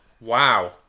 wow